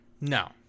No